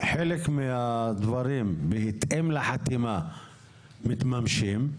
חלק מהדברים בהתאם לחתימה מתממשים,